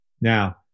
Now